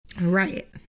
Right